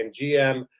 GM